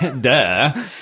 Duh